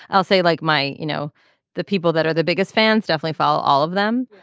i'll say like my you know the people that are the biggest fans definitely follow all of them.